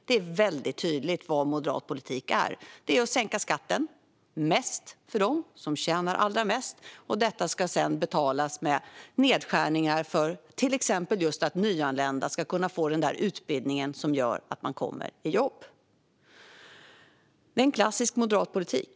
Det är väldigt tydligt vad moderat politik är: att sänka skatten, mest för dem som tjänar allra mest. Detta ska sedan betalas med nedskärningar, till exempel när det gäller att nyanlända ska kunna få den där utbildningen som gör att man kommer i jobb. Det är klassisk moderat politik.